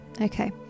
okay